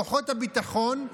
בכוחות הביטחון,